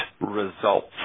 results